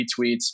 retweets